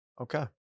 okay